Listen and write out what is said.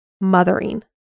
mothering